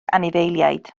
anifeiliaid